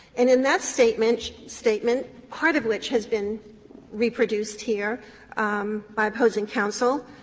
and in that statement statement, part of which has been reproduced here by opposing counsel,